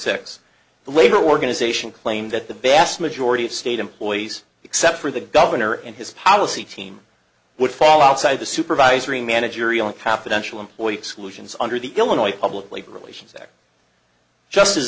the labor organization claimed that the best majority of state employees except for the governor and his policy team would fall outside the supervisory managerial and confidential employee exclusions under the illinois publicly relations act just